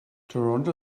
toronto